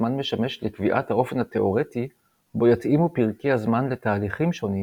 הזמן משמש לקביעת האופן התאורטי בו יתאימו פרקי הזמן לתהליכים שונים,